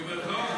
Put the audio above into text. היא אומרת לא?